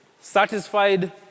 satisfied